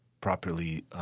properly